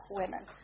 women